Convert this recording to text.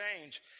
change